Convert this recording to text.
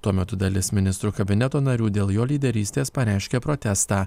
tuo metu dalis ministrų kabineto narių dėl jo lyderystės pareiškė protestą